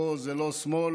פה זה לא שמאל